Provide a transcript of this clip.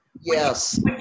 yes